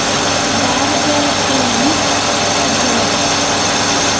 ᱵᱟᱨᱜᱮᱞ ᱯᱩᱱ ᱡᱷᱮᱸᱴ